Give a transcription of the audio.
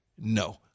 No